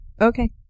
Okay